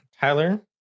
Tyler